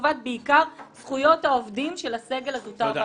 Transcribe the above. ובעיקר לטובת זכויות העובדים של הסגל הזוטר והבכיר.